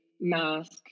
mask